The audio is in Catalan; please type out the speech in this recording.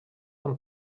amb